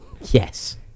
Yes